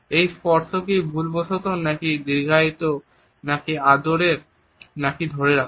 এই স্পর্শ কি ভুলবশত নাকি দীর্ঘায়িত নাকি আদরের নাকি ধরে রাখার